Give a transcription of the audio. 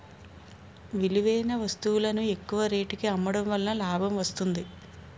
విలువైన వస్తువులను ఎక్కువ రేటుకి అమ్మడం వలన లాభం వస్తుంది